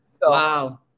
Wow